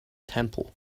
temple